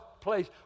place